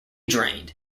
drained